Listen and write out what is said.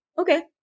Okay